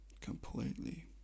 completely